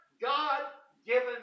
God-given